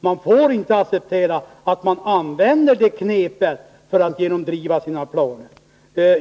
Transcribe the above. Man får inte acceptera att företag använder ett sådant här knep för att genomdriva sina planer.